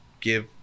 give